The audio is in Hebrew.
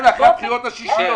אחרי הבחירות השישיות.